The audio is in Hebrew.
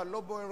אני לא משיב.